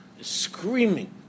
screaming